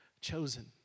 chosen